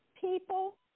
People